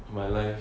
my life